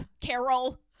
carol